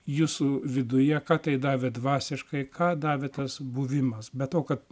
jūsų viduje ką tai davė dvasiškai ką davė tas buvimas be to kad